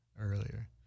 earlier